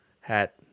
hat